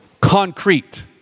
concrete